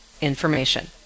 information